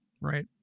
right